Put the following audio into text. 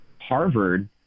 Harvard